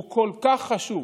הוא כל כך חשוב.